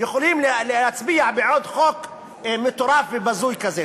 יכולים להצביע בעד חוק מטורף ובזוי כזה?